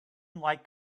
like